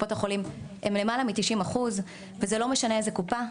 מקופות החולים הם עומדים על למעלה מ-90% וזה לא משנה איזו קופה,